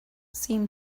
seem